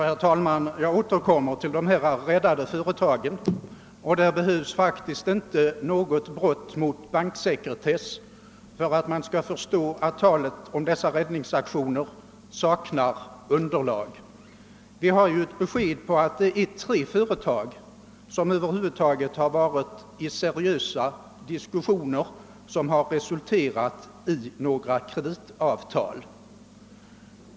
Herr talman! Jag återkommer till de räddade företagen. Det behövs faktiskt inte något brott mot banksekretessen för att man skall förstå att talet om räddningsaktioner saknar underlag. Vi har ju fått beskedet att det är tre företag som över huvud taget har varit i seriösa diskussioner vilka resulterat i kreditavtal.